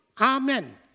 Amen